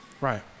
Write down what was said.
Right